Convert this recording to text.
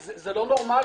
זה לא נורמלי.